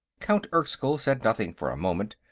count erskyll said nothing for a moment.